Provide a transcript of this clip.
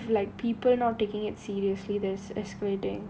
precisely I think it's because of like people not taking it seriously this is escalating